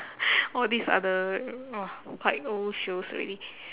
all this are the !wah! quite old shows already